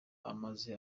amaze